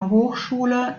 hochschule